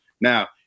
Now